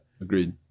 agreed